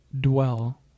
dwell